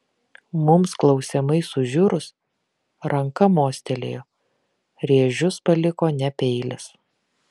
mums klausiamai sužiurus ranka mostelėjo rėžius paliko ne peilis